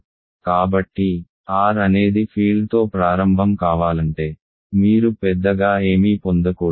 కాబట్టి R అనేది ఫీల్డ్తో ప్రారంభం కావాలంటే మీరు పెద్దగా ఏమీ పొందకూడదు